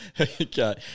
Okay